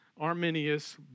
Arminius